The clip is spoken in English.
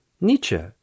Nietzsche